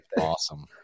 awesome